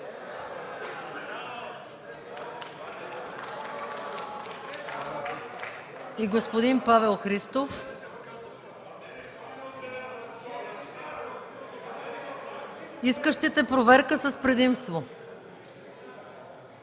и господин Павел Христов. Искащите проверка са с предимство.